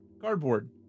Cardboard